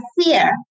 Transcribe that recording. fear